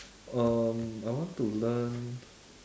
um I want to learn